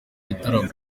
gitaramo